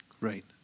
Right